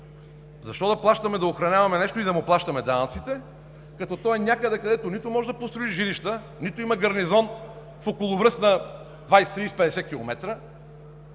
Защо да плащаме да охраняваме нещо и да му плащаме данъците, като то е някъде, където нито можеш да построиш жилища, нито има гарнизон околовръст на 20, 30, 50 км.